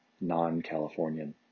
non-Californian